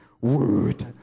word